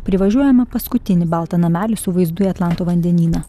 privažiuojame paskutinį baltą namelį su vaizdu į atlanto vandenyną